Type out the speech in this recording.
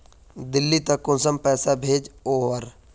दिल्ली त कुंसम पैसा भेज ओवर?